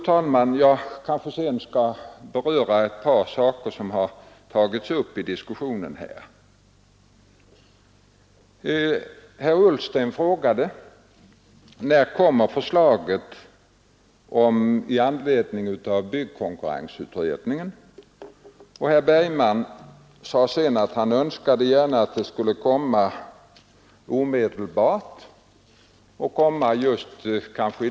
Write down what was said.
Han beskrev den utveckling vi haft och hade anledning konstatera att vi har nått betydande framsteg i fråga om bostadspolitiken.